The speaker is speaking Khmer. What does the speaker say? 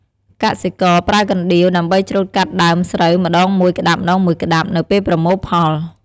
កសិករប្រើកណ្ដៀវដើម្បីច្រូតកាត់ដើមស្រូវម្តងមួយក្តាប់ៗនៅពេលប្រមូលផល។